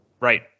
Right